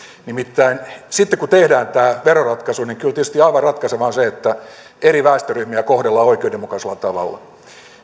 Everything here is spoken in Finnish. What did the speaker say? nimittäin sitten kun tehdään tämä veroratkaisu kyllä tietysti aivan ratkaisevaa on se että eri väestöryhmiä kohdellaan oikeudenmukaisella tavalla